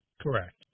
Correct